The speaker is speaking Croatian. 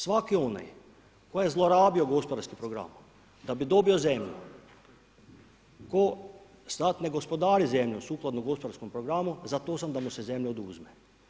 Svaki onaj, koji je zlorabio gospodarski program, da bi dobio zemlju, tko sad ne gospodari zemljom, sukladno gospodarskom programu, za to sam da mu se zemlja oduzme.